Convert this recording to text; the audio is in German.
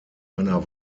einer